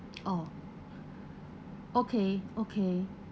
oh okay okay